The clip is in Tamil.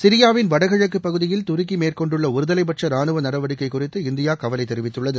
சிரியாவின் வடகிழக்கு பகுதியில் துருக்கி மேற்கொண்டுள்ள ஒருதலைப்பட்ச ராணுவ நடவடிக்கை குறித்து இந்தியா கவலை தெரிவித்துள்ளது